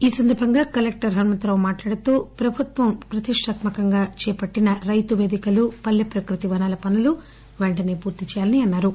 ఈ సందర్బంగా కలెక్టర్ హనుమంతరావు మాట్లాడుతూ ప్రభుత్వం ప్రతిష్టాత్మకంగా చేపట్టిన రైతువేదికలు పల్లె ప్రకృతి వనాల పనులు పెంటనే పూర్తి చేయాలనిఅన్నా రు